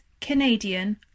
Canadian